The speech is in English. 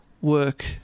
work